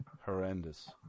Horrendous